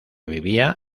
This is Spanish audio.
vivía